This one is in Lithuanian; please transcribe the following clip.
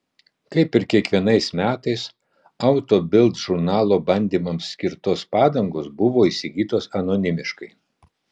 kaip ir kiekvienais metais auto bild žurnalo bandymams skirtos padangos buvo įsigytos anonimiškai